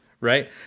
Right